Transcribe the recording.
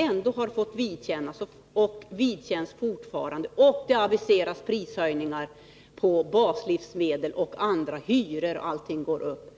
De har ändå fått vidkännas och de får fortfarande vidkännas de inskränkningar som gjorts, och dessutom aviseras prishöjningar på baslivsmedel och annat, hyror går upp, osv.